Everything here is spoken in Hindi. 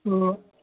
तो